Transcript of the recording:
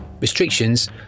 Restrictions